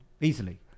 easily